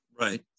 Right